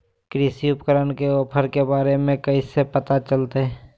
कृषि उपकरण के ऑफर के बारे में कैसे पता चलतय?